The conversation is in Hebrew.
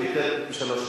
כן.